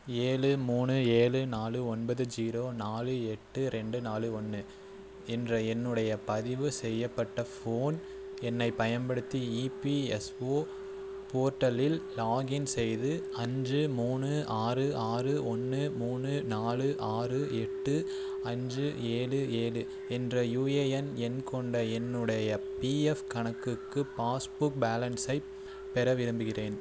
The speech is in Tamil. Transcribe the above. ஏழு மூணு ஏழு நாலு ஒன்பது ஜீரோ நாலு எட்டு ரெண்டு நாலு ஒன்று என்ற என்னுடைய பதிவு செய்யப்பட்ட ஃபோன் எண்ணை பயன்படுத்தி இபிஎஸ்ஓ போர்ட்டலில் லாகின் செய்து அஞ்சு மூணு ஆறு ஆறு ஒன்று மூணு நாலு ஆறு எட்டு அஞ்சு ஏழு ஏழு என்ற யூஏஎன் எண் கொண்ட என்னுடைய பிஎஃப் கணக்குக்கு பாஸ்புக் பேலன்ஸை பெற விரும்புகிறேன்